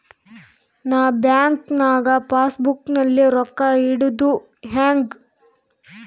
ನಾ ಬ್ಯಾಂಕ್ ನಾಗ passbook ನಲ್ಲಿ ರೊಕ್ಕ ಇಡುದು ಹ್ಯಾಂಗ್?